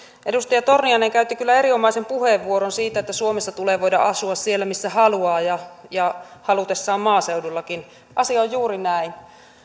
edustaja torniainen käytti kyllä erinomaisen puheenvuoron siitä että suomessa tulee voida asua siellä missä haluaa ja ja halutessaan maaseudullakin asia on juuri näin